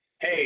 hey